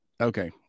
Okay